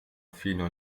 fino